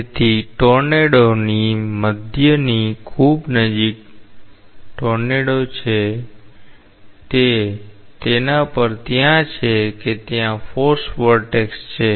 તેથી ટોર્નેડોની મધ્યની ખૂબ નજીક ટોર્નેડો છે તે તેના પર ત્યાં છે કે ત્યાં ફોર્સ વરટેક્સ છે